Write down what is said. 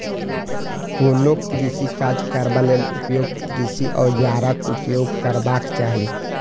कोनो कृषि काज करबा लेल उपयुक्त कृषि औजारक उपयोग करबाक चाही